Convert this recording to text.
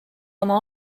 oma